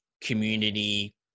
community